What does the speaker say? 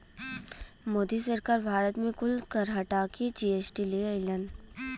मोदी सरकार भारत मे कुल कर हटा के जी.एस.टी ले अइलन